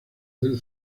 del